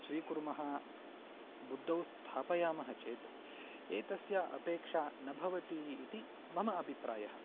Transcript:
स्वीकुर्मः बुद्धौ स्थापयामः चेत् एतस्य अपेक्षा न भवति इति मम अभिप्रायः